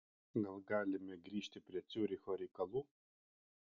gal galime grįžti prie ciuricho reikalų